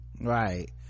right